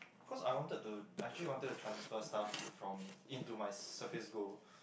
cause I wanted to actually wanted to transfer stuff from into my Surface Gold